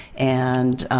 and,